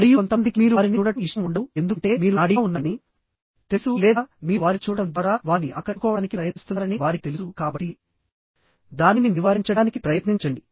మరియు కొంతమందికి మీరు వారిని చూడటం ఇష్టం ఉండదు ఎందుకంటే మీరు నాడీగా ఉన్నారని వారికి తెలుసు లేదా మీరు వారిని చూడటం ద్వారా వారిని ఆకట్టుకోవడానికి ప్రయత్నిస్తున్నారని వారికి తెలుసు కాబట్టి దానిని నివారించడానికి ప్రయత్నించండి